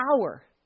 power